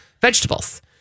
Vegetables